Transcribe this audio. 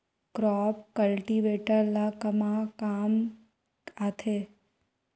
Crop cultivator ला कमा काम आथे?